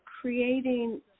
creating